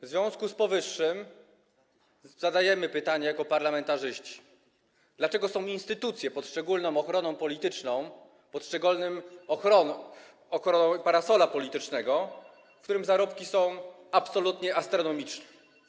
W związku z powyższym zadajemy pytanie jako parlamentarzyści: Dlaczego są instytucje pod szczególną ochroną polityczną, pod szczególnym parasolem politycznym, w których zarobki są absolutnie astronomiczne?